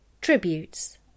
Tributes